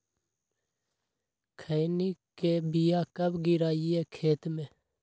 खैनी के बिया कब गिराइये खेत मे?